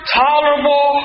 tolerable